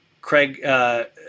Craig –